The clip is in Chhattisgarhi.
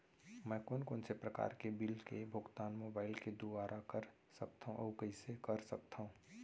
मैं कोन कोन से प्रकार के बिल के भुगतान मोबाईल के दुवारा कर सकथव अऊ कइसे कर सकथव?